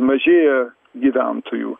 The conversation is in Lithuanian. mažėja gyventojų